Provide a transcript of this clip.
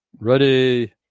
Ready